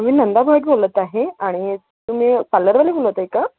मी नंदा भेट बोलत आहे आणि तुम्ही पार्लरवाले बोलत आहे का